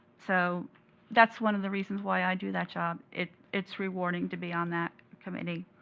so that's one of the reasons why i do that job. it's it's rewarding to be on that committee.